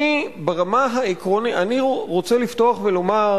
אני רוצה לפתוח ולומר,